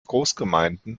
großgemeinden